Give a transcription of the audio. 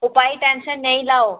ओ भाई टैंशन नेईं लैओ